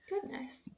Goodness